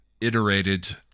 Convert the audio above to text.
iterated